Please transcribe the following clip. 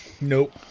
Nope